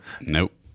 Nope